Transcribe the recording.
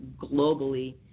globally